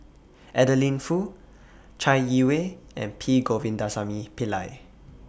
Adeline Foo Chai Yee Wei and P Govindasamy Pillai